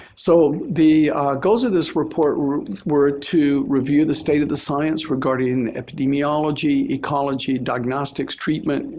so, the goals of this report were to review the state of the science regarding epidemiology, ecology, diagnostics, treatment,